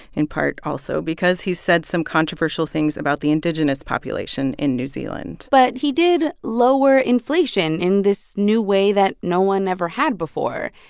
in part also also because he's said some controversial things about the indigenous population in new zealand but he did lower inflation in this new way that no one ever had before.